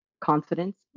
confidence